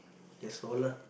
that's all lah